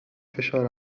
فشار